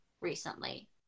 recently